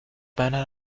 meiner